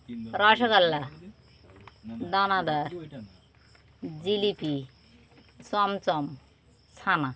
রসগোল্লা দানাদার জিলিপি চমচম ছানা